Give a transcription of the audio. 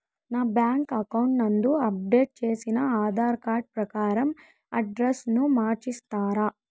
నా bank account నందు update చేసిన ఆధార్ కార్డు ప్రకారం అడ్రస్ ను మార్చిస్తారా?